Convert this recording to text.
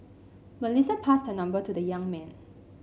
Melissa passed her number to the young man